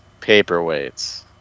paperweights